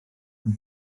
ond